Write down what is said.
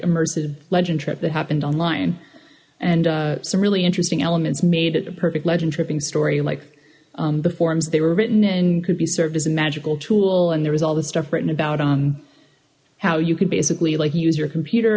immersive legend trip that happened online and some really interesting elements made it a perfect legend tripping story like the forums they were written in could be served as a magical tool and there was all this stuff written about on how you could basically like you use your computer